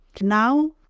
now